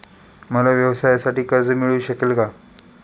मला व्यवसायासाठी कर्ज मिळू शकेल का?